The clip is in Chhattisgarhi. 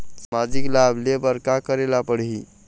सामाजिक लाभ ले बर का करे ला पड़ही?